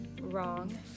wrong